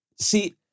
See